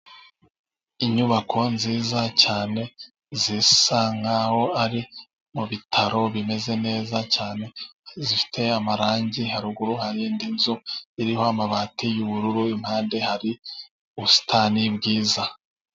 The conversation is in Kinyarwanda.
Inyubako nziza cyane zisa nkaho ari mu bitaro bimeze neza cyane, zifite amarangi; haruguru hari inzu iriho amabati y' ubururu impande hari ubusitani bwiza.